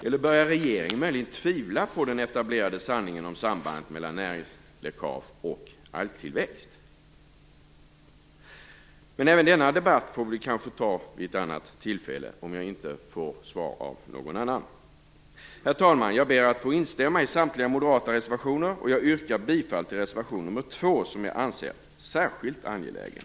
Eller börjar regeringen möjligen tvivla på den etablerade sanningen om sambandet mellan näringsläckage och algtillväxt? Men även denna debatt får vi kanske ta vid ett annat tillfälle, om jag inte får svar av någon annan. Herr talman! Jag ber att få instämma i samtliga moderata reservationer. Jag vill också yrka bifall till reservation nr 2, som jag anser särskilt angelägen.